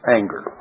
anger